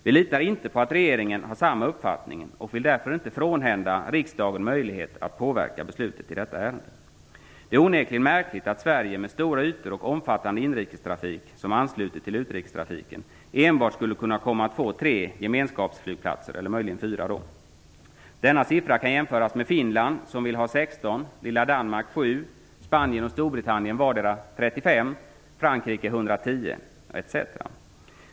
Vi litar på att regeringen har samma uppfattning och vill därför inte frånhända riksdagen möjlighet att påverka beslut i detta ärende. Det är onekligen märkligt att Sverige, med stora ytor och omfattande inrikestrafik som ansluter till utrikestrafiken, enbart skulle kunna komma att få tre, möjligen fyra, gemenskapsflygplatser. Denna siffra kan jämföras med att Finland vill ha 16, lilla Danmark 110 etc.